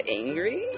angry